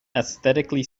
aesthetically